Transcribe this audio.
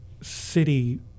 city